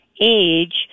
age